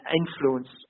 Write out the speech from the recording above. influence